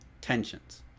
tensions